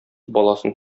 баласын